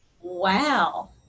Wow